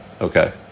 Okay